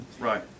Right